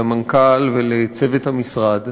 למנכ"ל ולצוות המשרד.